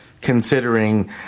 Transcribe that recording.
considering